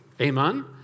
Amen